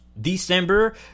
december